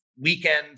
weekend